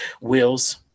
Wills